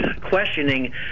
questioning